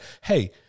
hey